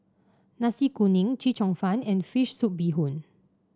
Nasi Kuning Chee Cheong Fun and fish soup Bee Hoon